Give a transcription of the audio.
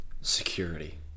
Security